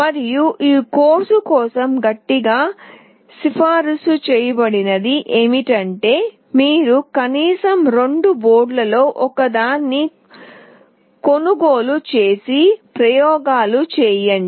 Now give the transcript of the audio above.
మరియు ఈ కోర్సు కోసం గట్టిగా సిఫార్సు చేయబడినది ఏమిటంటే మీరు కనీసం రెండు బోర్డులలో ఒకదాన్ని కొనుగోలు చేసి ప్రయోగాలు చేయండి